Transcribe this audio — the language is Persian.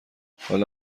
حالا